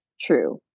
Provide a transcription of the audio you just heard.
true